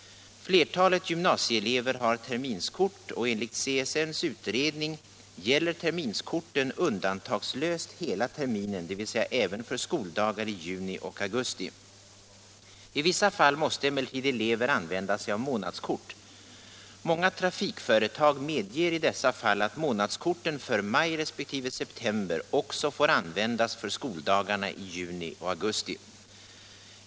Flertalet gymnasieelever har terminskort, och enligt CSN:s utredning gäller terminskortet undantagslöst hela terminen, dvs. även för skoldagar i juni och augusti. I vissa fall måste emellertid elever använda sig av månadskort. Många trafikföretag medger i dessa fall att månadskorten för maj resp. september också får användas för 'skoldagarna i juni och augusti.